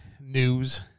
news